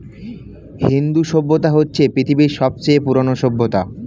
হিন্দু সভ্যতা হচ্ছে পৃথিবীর সবচেয়ে পুরোনো সভ্যতা